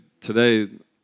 today